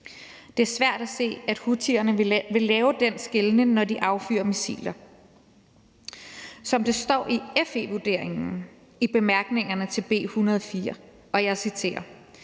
Det er svært at se, at houthierne vil lave den skelnen, når de affyrer missiler. Som der står i FE-vurderingen i bemærkningerne til B 104, og jeg citerer: